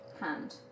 hand